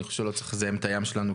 אני חושב שלא צריך לזהם את הים שלנו,